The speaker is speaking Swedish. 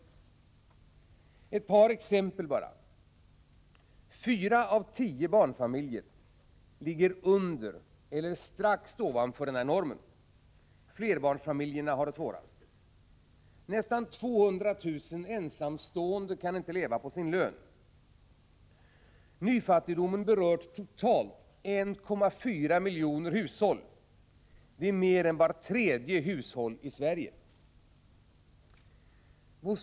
Låt mig ge ett par exempel: — Fyra av tio barnfamiljer ligger under eller strax ovanför normen. Flerbarnsfamiljerna har det allra svårast. - Nästan 200 000 ensamstående kan inte leva på sin lön. — Nyfattigdomen berör totalt 1,4 miljoner hushåll. Det är mer än vart tredje hushåll i Sverige!